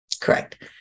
Correct